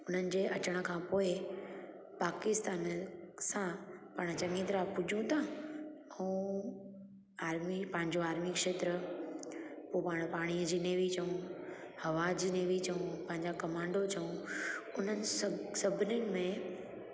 उन्हनि जे अचण खां पोइ पाकिस्तान सां पाणि चङी तरह पुॼूं था ऐं आर्मी पंहिंजो आर्मी खेत्र पोइ पाणि पाणीअ जी नेवी चऊं हवा जी नेवी चऊं पंहिंजा कमांडो चऊं हुन सभु सभिनिनि में